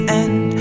end